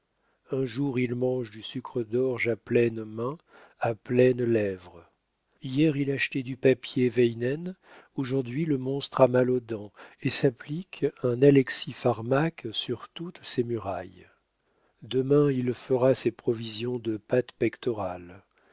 un jour il mange du sucre d'orge à pleines mains à pleines lèvres hier il achetait du papier weynen aujourd'hui le monstre a mal aux dents et s'applique un alexipharmaque sur toutes ses murailles demain il fera ses provisions de pâte pectorale